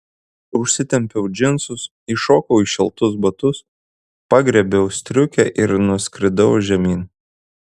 užsitempiau džinsus įšokau į šiltus batus pagriebiau striukę ir nuskridau žemyn